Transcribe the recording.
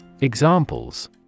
Examples